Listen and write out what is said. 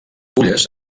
fulles